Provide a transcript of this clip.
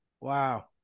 Wow